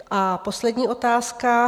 A poslední otázka.